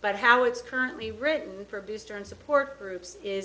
but how it's currently written for booster and support groups is